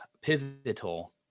pivotal